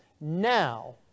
now